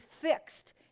fixed